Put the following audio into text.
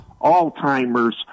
Alzheimer's